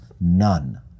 none